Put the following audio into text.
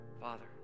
Father